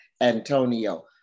Antonio